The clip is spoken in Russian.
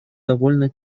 довольно